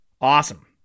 Awesome